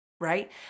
right